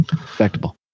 respectable